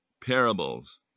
parables